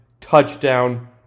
touchdown